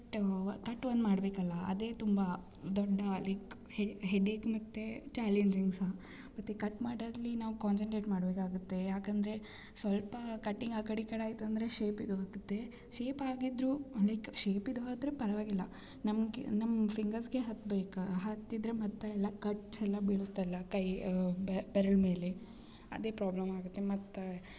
but cut one ಮಾಡ್ಬೇಕಲ್ಲ ಅದೇ ತುಂಬ ದೊಡ್ಡ ಲೈಕ್ ಹೆಡೇಕ್ ಮತ್ತು ಚಾಲೆಂಜಿಂಗ್ ಸಹ ಮತ್ತು ಕಟ್ ಮಾಡುವಾಗ್ಲಿ ನಾವು ಕಾನ್ಸನ್ಟ್ರೇಟ್ ಮಾಡ್ಬೇಕಾಗುತ್ತೆ ಯಾಕಂದರೆ ಸ್ವಲ್ಪಾ ಕಟಿಂಗ್ ಆ ಕಡೆ ಈ ಕಡೆ ಆಯ್ತು ಅಂದರೆ ಶೇಪಿಗೆ ಹೋಗುತ್ತೆ ಶೇಪ್ ಆಗಿದ್ರು ಲೈಕ್ ಶೇಪಿದು ಹೋದರೆ ಪರವಾಗಿಲ್ಲ ನಮಗೆ ನಮ್ಮ ಫಿಂಗರ್ಸ್ಗೆ ಹತ್ಬೇಕಾ ಹತ್ತಿದರೆ ಮತ್ತೆಲ್ಲ ಕಟ್ಸ್ ಎಲ್ಲ ಬೀಳುತ್ತಲ್ಲ ಕೈ ಬೆರ್ಳು ಮೇಲೆ ಅದೆ ಪ್ರಾಬ್ಲಮ್ ಆಗುತ್ತೆ ಮತ್ತು